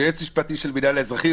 זה יועץ משפטי של המינהל האזרחי,